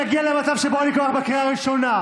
אגיע למצב שבו אני קורא אותך בקריאה הראשונה?